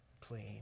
clean